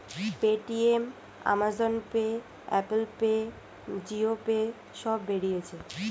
Paytm, Amazon pay, Apple pay, Jio pay সব বেরিয়েছে